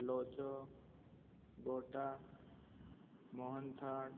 લોચો ગોટા મોહન થાળ